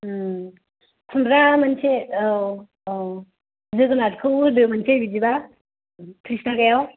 खुमब्रा मोनसे औ औ जोगोनारखौ होदो मोनसे बिदिबा थ्रिस थाखायाव